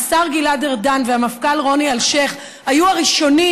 השר גלעד ארדן והמפכ"ל רוני אלשיך היו הראשונים